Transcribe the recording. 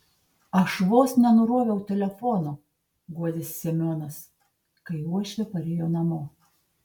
aš vos nenuroviau telefono guodėsi semionas kai uošvė parėjo namo